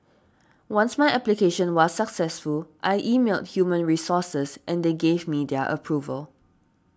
once my application was successful I emailed human resources and they gave me their approval